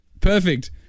Perfect